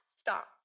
Stop